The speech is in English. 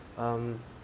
um